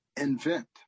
invent